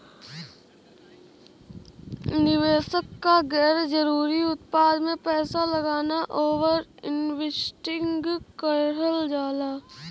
निवेशक क गैर जरुरी उत्पाद में पैसा लगाना ओवर इन्वेस्टिंग कहल जाला